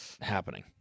happening